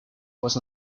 was